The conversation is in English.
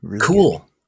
cool